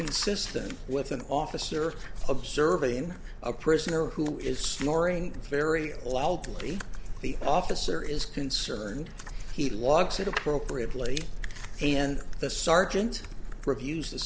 consistent with an officer observing a prisoner who is snoring very loudly the officer is concerned he logs it appropriately and the sergeant reviews the